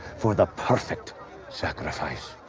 for the perfect sacrifice!